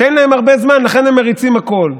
שאין להם הרבה זמן, לכן הם מריצים הכול.